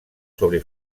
sobre